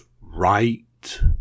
right